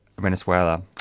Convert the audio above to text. Venezuela